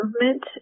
movement